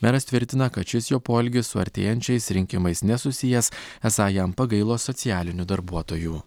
meras tvirtina kad šis jo poelgis su artėjančiais rinkimais nesusijęs esą jam pagailo socialinių darbuotojų